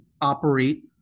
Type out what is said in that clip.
operate